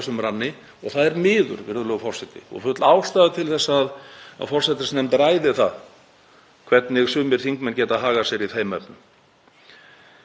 Þarf aukið fjármagn? Já, við höfum verið að fá aukið fjármagn. Við erum að leita eftir frekara fjármagni af því að við gerum okkur grein fyrir þessum flöskuhálsum